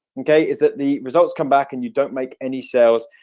okay? is that the results come back and you don't make any sales?